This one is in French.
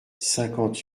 cinquante